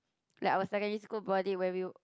like our secondary school body where we